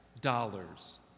dollars